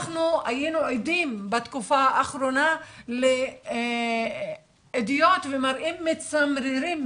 אנחנו היינו עדים בתקופה האחרונה לידיעות ומראות מצמררים,